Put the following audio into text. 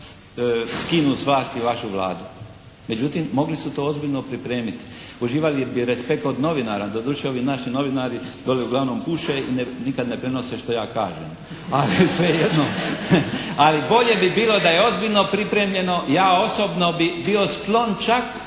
skinu s vlasti vašu Vladu. Međutim, mogli su to ozbiljno pripremiti. Uživali bi respekt od novinara. Doduše ovi naši novinari dole uglavnom puše i nikad ne prenose što ja kažem. Ali svejedno. Ali bolje bi bilo da je ozbiljno pripremljeno, ja osobno bi bio sklon čak